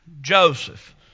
Joseph